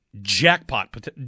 jackpot